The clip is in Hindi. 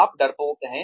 आप डरपोक हैं